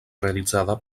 realitzada